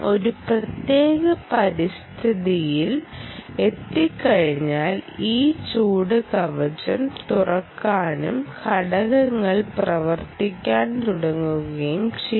ഒരു പ്രത്യേക പരിതസ്ഥിതിയിൽ എത്തിക്കഴിഞ്ഞാൽ ഈ ചൂട് കവചം തുറക്കാനും ഘടകങ്ങൾ പ്രവർത്തിക്കാൻ തുടങ്ങുകയും ചെയ്യും